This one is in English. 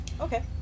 Okay